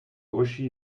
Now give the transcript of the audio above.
uschi